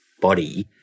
body